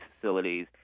facilities